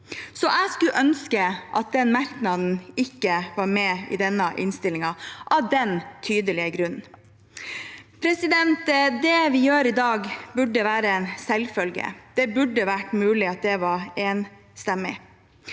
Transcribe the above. Jeg skulle ønske at den merknaden ikke var med i denne innstillingen, av den tydelige grunnen. Det vi gjør i dag, burde være en selvfølge. Det burde vært mulig at det var enstemmig.